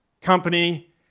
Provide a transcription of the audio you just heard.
company